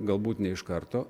galbūt ne iš karto